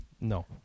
no